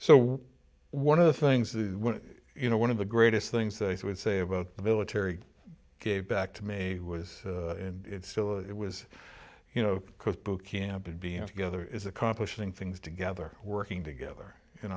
so one of the things that you know one of the greatest things that i would say about the military gave back to me was still it was you know cook book camp and being together is accomplishing things together working together and